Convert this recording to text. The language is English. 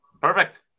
Perfect